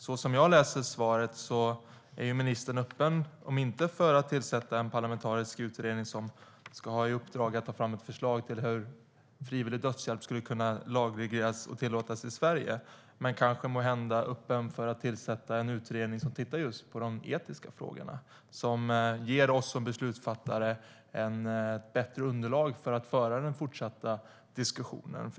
Såsom jag läser svaret är ministern ändå öppen för, om inte att tillsätta en parlamentarisk utredning som ska ha i uppdrag att ta fram ett förslag till hur frivillig dödshjälp skulle kunna lagregleras och tillåtas i Sverige, att kanske ändå tillsätta en utredning som tittar just på de etiska frågorna och som ger oss som beslutsfattare ett bättre underlag för att föra den fortsatta diskussionen.